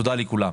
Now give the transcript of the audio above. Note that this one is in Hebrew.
תודה לכולם.